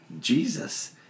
Jesus